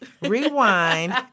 rewind